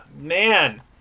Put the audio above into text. man